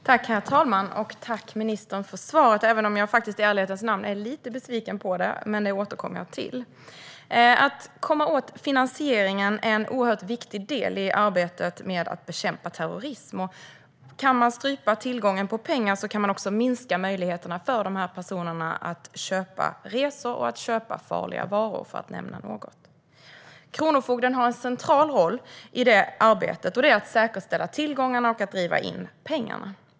Herr talman! Tack, ministern, för svaret, även om jag i ärlighetens namn är lite besviken på det. Men det återkommer jag till. Att komma åt finansieringen är en oerhört viktig del i arbetet med att bekämpa terrorism. Kan man strypa tillgången på pengar kan man också minska möjligheterna för dessa personer att köpa resor och farliga varor - för att nämna något. Kronofogden har en central roll i det arbetet, nämligen att säkerställa tillgångarna och att driva in pengarna.